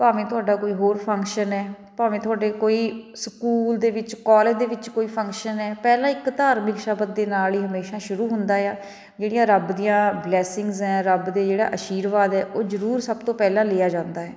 ਭਾਵੇਂ ਤੁਹਾਡਾ ਕੋਈ ਹੋਰ ਫੰਕਸ਼ਨ ਹੈ ਭਾਵੇਂ ਤੁਹਾਡੇ ਕੋਈ ਸਕੂਲ ਦੇ ਵਿੱਚ ਕੋਲਜ ਦੇ ਵਿੱਚ ਕੋਈ ਹੈ ਪਹਿਲਾਂ ਇੱਕ ਧਾਰਮਿਕ ਸ਼ਬਦ ਦੇ ਨਾਲ ਹੀ ਹਮੇਸ਼ਾ ਸ਼ੁਰੂ ਹੁੰਦਾ ਹੈ ਆ ਜਿਹੜੀਆਂ ਰੱਬ ਦੀਆਂ ਬਲੈਸਿੰਗਜ਼ ਹੈ ਰੱਬ ਦੇ ਜਿਹੜਾ ਅਸ਼ੀਰਵਾਦ ਹੈ ਉਹ ਜ਼ਰੂਰ ਸਭ ਤੋਂ ਪਹਿਲਾਂ ਲਿਆ ਜਾਂਦਾ ਹੈ